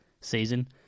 season